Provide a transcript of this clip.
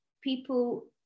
people